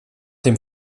dem